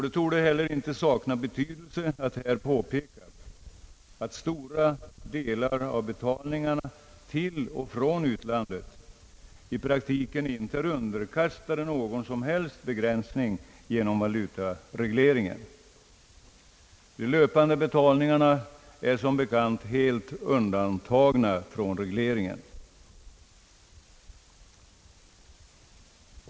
Det torde heller inte sakna betydelse att här påpeka, att stora delar av betalningarna till och från utlandet i praktiken inte är underkastade någon som helst begränsning genom valutaregleringar. De löpande betalningarna är som bekant helt undantagna från regleringen.